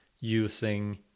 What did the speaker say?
using